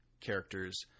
characters